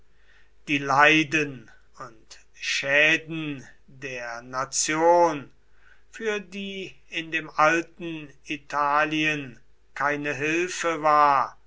die leiden und schäden der nation für die in dem alten italien keine hilfe war